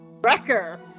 Wrecker